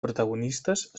protagonistes